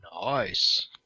nice